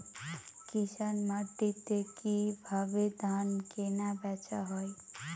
কৃষান মান্ডিতে কি ভাবে ধান কেনাবেচা হয়?